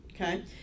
Okay